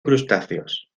crustáceos